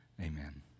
Amen